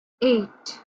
eight